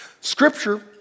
Scripture